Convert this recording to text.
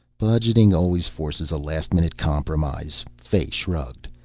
budgeting always forces a last-minute compromise, fay shrugged.